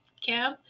Kim